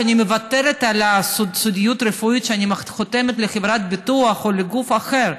שאני מוותרת על הסודיות הרפואית כשאני כותבת לחברת ביטוח או לגוף אחר,